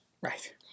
Right